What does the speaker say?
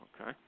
Okay